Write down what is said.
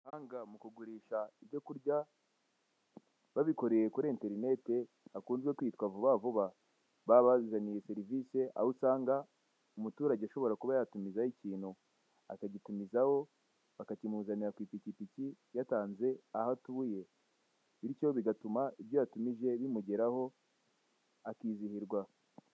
Abahanga mukugurisha ibyo kurya babikoreye kuri interinete bakunze kwitwa vuba vuba babazaniye serivise aho usanga Umuturage ushobora kuba yatumizaho ikintu ,bakakimugezaho bakakimuzanira yatamze aho atuye. Bityo bigatuma ibyo yatumije bimugeraho akizihirwa.